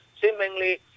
seemingly